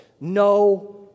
no